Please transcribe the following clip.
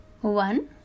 one